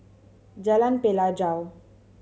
Jalan Pelajau